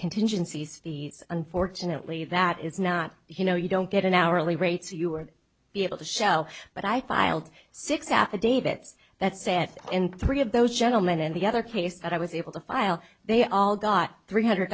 contingencies unfortunately that is not you know you don't get an hourly rates you are be able to show but i filed six affidavits that sat in three of those gentlemen in the other case that i was able to file they all got three hundred